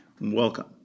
Welcome